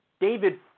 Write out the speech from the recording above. David